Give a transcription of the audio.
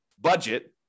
budget